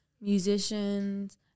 musicians